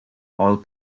all